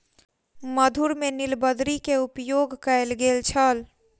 मधुर में नीलबदरी के उपयोग कयल गेल छल